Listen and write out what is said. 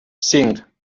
cinc